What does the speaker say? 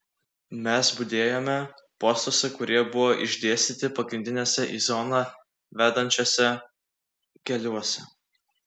mes budėjome postuose kurie buvo išdėstyti pagrindiniuose į zoną vedančiuose keliuose